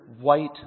white